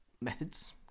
methods